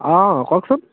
অঁ কওকচোন